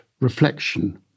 reflection